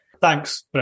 Thanks